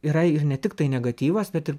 yra ir ne tiktai negatyvas bet ir